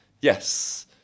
Yes